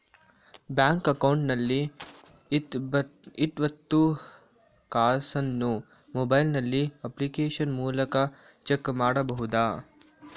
Bank account ನಲ್ಲಿ ಇಟ್ಟ ಒಟ್ಟು ಕಾಸನ್ನು ಮೊಬೈಲ್ ನಲ್ಲಿ ಅಪ್ಲಿಕೇಶನ್ ಮೂಲಕ ಚೆಕ್ ಮಾಡಬಹುದಾ?